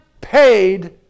paid